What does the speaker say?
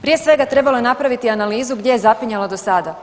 Prije svega trebalo je napraviti analizu gdje je zapinjalo do sada.